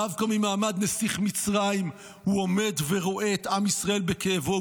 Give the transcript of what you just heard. דווקא ממעמד נסיך מצרים הוא עומד ורואה את עם ישראל בכאבו.